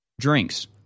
drinks